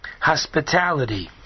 hospitality